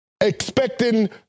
Expecting